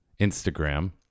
Instagram